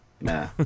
Nah